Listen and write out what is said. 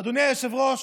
אדוני היושב-ראש,